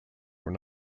were